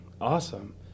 Awesome